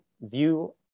view